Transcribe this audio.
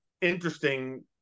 interesting